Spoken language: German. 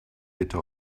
bitte